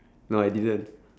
no I didn't